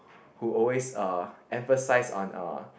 who always uh emphasize on uh